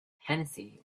hennessy